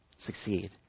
succeed